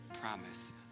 promise